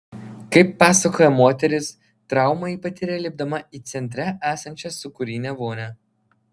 kaip pasakoja moteris traumą ji patyrė lipdama į centre esančią sūkurinę vonią